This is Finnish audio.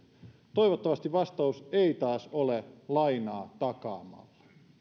toivottavasti vastaus ei taas ole lainaa takaamalla